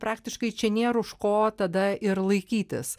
praktiškai čia nebūna už ko tada ir laikytis